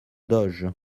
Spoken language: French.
doge